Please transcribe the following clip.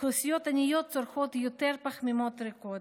אוכלוסיות עניות צורכות יותר פחמימות ריקות,